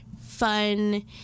fun